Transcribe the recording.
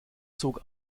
zog